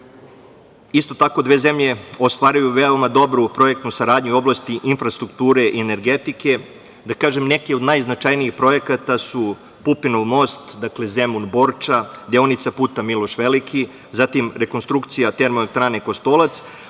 Isto tako, dve zemlje ostvaruju veoma dobru projektnu saradnju u oblasti infrastrukture i energetike. Da kažem, neki od najznačajnijih projekata su Pupinov most, dakle, Zemun-Borča, deonica puta „Miloš Veliki“, zatim rekonstrukcija Termoelektrane Kostolac,